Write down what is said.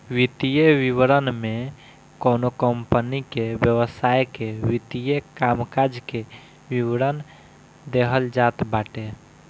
वित्तीय विवरण में कवनो कंपनी के व्यवसाय के वित्तीय कामकाज के विवरण देहल जात बाटे